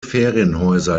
ferienhäuser